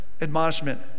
admonishment